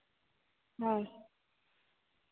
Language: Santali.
ᱦᱳᱭ